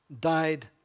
died